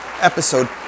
episode